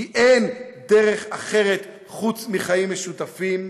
כי אין דרך אחרת חוץ מחיים משותפים.